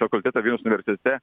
fakultetą vilniaus universitete